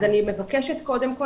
אז אני מבקשת קודם כל,